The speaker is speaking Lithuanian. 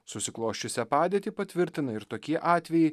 susiklosčiusią padėtį patvirtina ir tokie atvejai